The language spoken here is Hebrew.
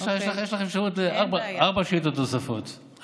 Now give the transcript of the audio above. יש לך אפשרות לארבע שאילתות נוספות,